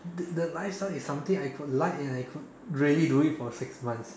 the lifestyle is something that I could like and I could really do it for six months